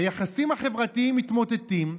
היחסים החברתיים מתמוטטים,